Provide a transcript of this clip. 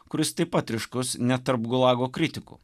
kuris taip pat ryškus ne tarp gulago kritikų